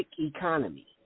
economy